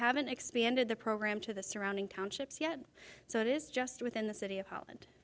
haven't expanded the program to the surrounding townships yet so it is just within the city of holland